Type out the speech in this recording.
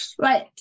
Right